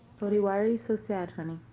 cody why are you so sad, honey?